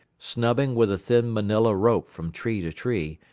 snubbing with a thin manila rope from tree to tree,